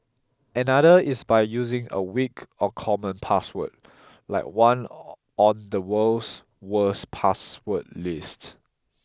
another is by using a weak or common password like one on the world's worst password list